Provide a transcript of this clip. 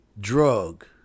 drug